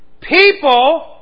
People